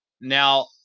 Now